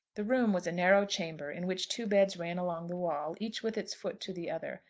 the room was a narrow chamber in which two beds ran along the wall, each with its foot to the other,